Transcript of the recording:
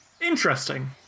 Interesting